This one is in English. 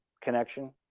connection